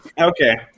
okay